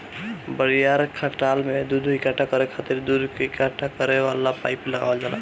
बड़ियार खटाल में दूध इकट्ठा करे खातिर दूध इकट्ठा करे वाला पाइप लगावल जाला